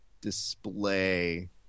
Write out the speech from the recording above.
display